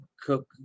cook